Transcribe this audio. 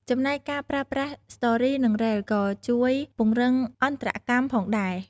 ចំណែកការប្រើប្រាស់ ស្ទររី និង រ៉េលស៍ ក៏ជួយពង្រឹងអន្តរកម្មផងដែរ។